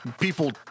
People